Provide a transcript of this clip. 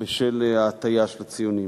בשל ההטיה של הציונים,